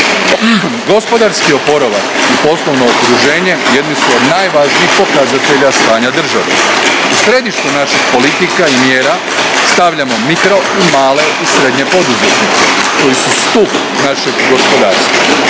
Gospodarski oporavak i poslovno okruženje jedni su od najvažnijih pokazatelja stanja države. U središtu naših politika i mjera stavljamo mikro, male i srednje poduzetnike, koji su stup našeg gospodarstva.